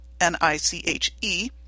N-I-C-H-E